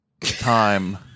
time